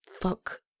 fuck